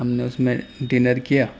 ہم نے اس میں ڈنر کیا